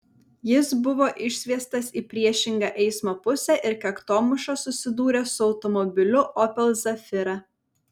jis buvo išsviestas į priešingą eismo pusę ir kaktomuša susidūrė su automobiliu opel zafira